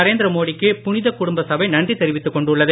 நரேந்திர மோடிக்கு புனிதக் குடும்ப சபை நன்றி தெரிவித்துக் கொண்டுள்ளது